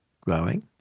growing